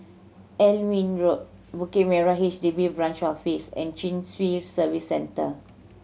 Alnwick Road Bukit Merah H D B Branch Office and Chin Swee Service Centre